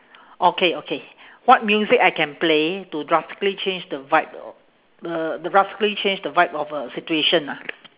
okay okay what music I can play to drastically change the vibe uh to drastically change the vibe of a situation ah